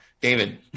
David